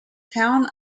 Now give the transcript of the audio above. town